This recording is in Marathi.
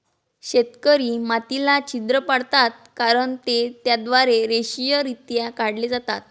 शेतकरी मातीला छिद्र पाडतात कारण ते त्याद्वारे रेषीयरित्या काढले जातात